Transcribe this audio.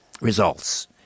results